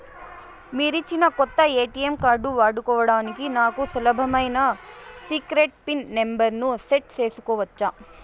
మీరిచ్చిన కొత్త ATM card వాడుకోవడానికి నాకు సులభమైన సీక్రెట్ పిన్ నెంబర్ ను సెట్ సేసుకోవచ్చా?